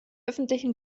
öffentlichen